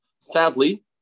Sadly